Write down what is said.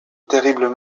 terribles